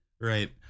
Right